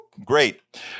Great